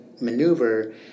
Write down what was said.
maneuver